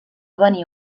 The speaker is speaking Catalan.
venir